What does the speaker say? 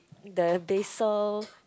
the basil